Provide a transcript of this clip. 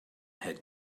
had